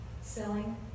selling